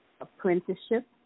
apprenticeship